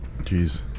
Jeez